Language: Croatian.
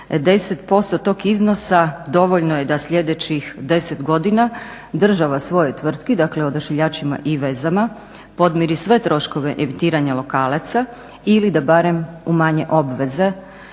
10% tog iznosa dovoljno je da sljedećih 10 godina država svojoj tvrtki dakle Odašiljačima i vezama podmiri sve troškove emitiranja lokalaca ili da barem umanje obveze